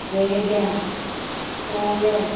वेळग्या कोवळ्या